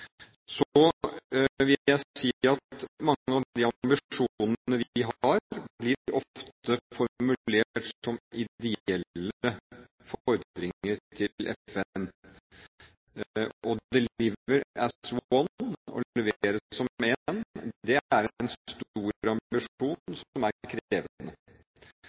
Så vil jeg si at mange av de ambisjonene vi har, ofte blir formulert som ideelle fordringer til FN. «Deliver as One» – levere som en – er en stor ambisjon som er